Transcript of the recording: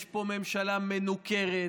יש פה ממשלה מנוכרת,